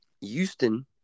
Houston